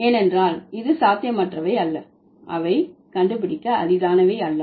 ஏனென்றால் இது சாத்தியமற்றவை அல்ல அவை கண்டுபிடிக்க அரிதானவை அல்ல